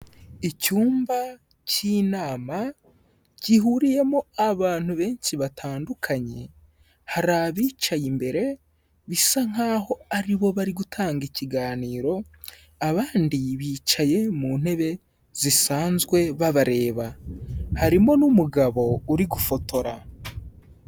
Icyumba cy'inama gihuriyemo abantu benshi batandukanye, hari abicaye imbere bisa nk'aho aribo bari gutanga ikiganiro abandi bicaye mu ntebe zisanzwe babareba, harimo n'umugabo uri gufotora.